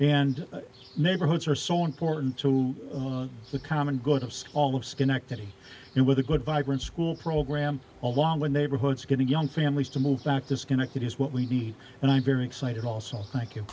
and neighborhoods are so important to the common good of all of schenectady and with a good vibrant school program along with neighborhoods getting young families to move back to schenectady is what we need and i'm very excited also thank you